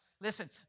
listen